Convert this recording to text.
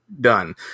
done